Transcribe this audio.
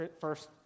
first